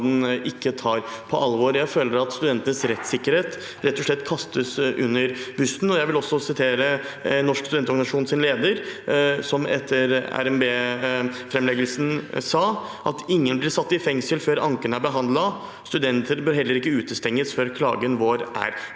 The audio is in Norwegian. ikke tar på alvor. Jeg føler at studentenes rettssikkerhet rett og slett kastes under bussen. Jeg vil også sitere Norsk Studentorganisasjons leder, som etter RNB-framleggelsen sa: «Ingen blir satt i fengsel før anken er behandlet. Studenter bør heller ikke utestenges før klagen vår er